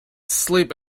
sleep